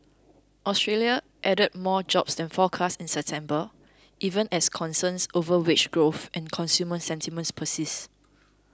Australia added more jobs than forecast in September even as concerns over wage growth and consumer sentiment persist